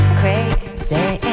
crazy